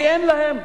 כי אין להם